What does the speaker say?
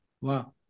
wow